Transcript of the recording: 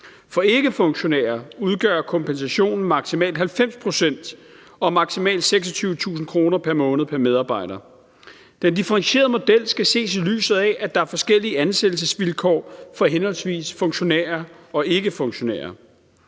for ikkefunktionærer udgør kompensationen maksimalt 90 pct. og maksimalt 26.000 kr. pr. måned pr. medarbejder. Den differentierede model skal ses i lyset af, at der er forskellige ansættelsesvilkår for henholdsvis funktionærer og ikkefunktionærer.